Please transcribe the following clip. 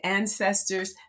ancestors